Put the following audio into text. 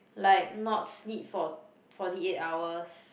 like not sleep for forty eight hours